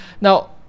Now